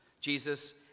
Jesus